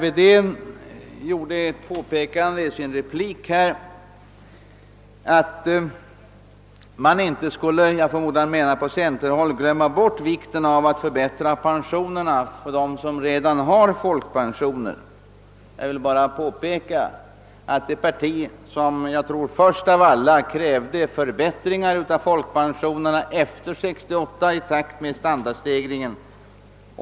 I en replik påpekade herr Wedén emellertid att man inte skall glömma — jag förmodar att han menade på centerhåll — vikten av att förbättra pensionerna för dem som nu uppbär folkpension. Jag vill då erinra om att centern var det parti som först av alla krävde förbättringar av folkpensionerna efter 1968 i takt med standardstegringen.